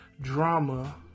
drama